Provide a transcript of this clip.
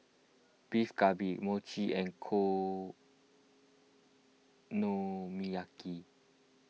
Beef Galbi Mochi and Okonomiyaki